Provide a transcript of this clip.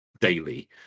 daily